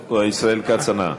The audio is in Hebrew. ישראל כץ ענה.